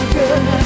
good